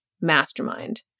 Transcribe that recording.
mastermind